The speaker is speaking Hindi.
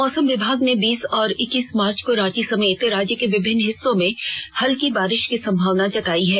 मौसम विभाग ने बीस और इक्कीस मार्च को रांची समेत राज्य के विभिन्न हिस्सों में हल्की बारिश की संभावना जतायी है